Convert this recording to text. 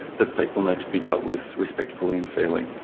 that people need to be dealt with respectfully and fairly.